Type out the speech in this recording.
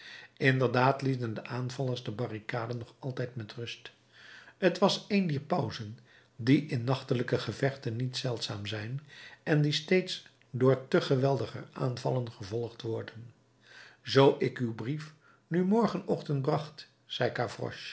inderdaad lieten de aanvallers de barricaden nog altijd met rust t was een dier pauzen die in nachtelijke gevechten niet zeldzaam zijn en die steeds door te geweldiger aanvallen gevolgd worden zoo ik uw brief nu morgenochtend bracht